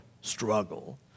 struggle